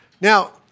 Now